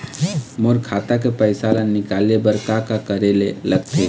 मोर खाता के पैसा ला निकाले बर का का करे ले लगथे?